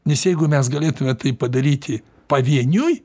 nes jeigu mes galėtume tai padaryti pavieniui